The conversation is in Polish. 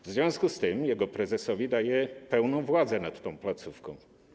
W związku z tym jego prezesowi daje pełną władzę nad tą placówką.